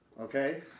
Okay